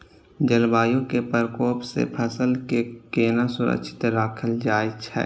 जलवायु के प्रकोप से फसल के केना सुरक्षित राखल जाय छै?